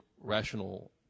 rational